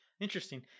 interesting